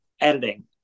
editing